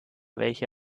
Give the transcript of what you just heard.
welche